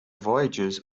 voyages